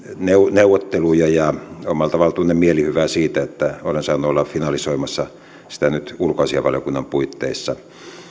neuvotteluja ja omalla tavallaan tunnen mielihyvää siitä että olen saanut olla finalisoimassa sitä nyt ulkoasiainvaliokunnan puitteissa